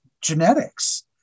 genetics